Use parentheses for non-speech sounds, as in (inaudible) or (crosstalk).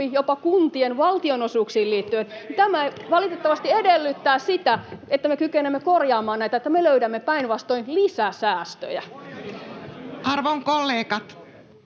Zyskowicz: Kiurun perintö!] — niin tämä valitettavasti edellyttää sitä, että me kykenemme korjaamaan näitä, että me löydämme päinvastoin lisäsäästöjä. (noise)